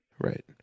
Right